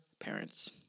parents